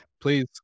Please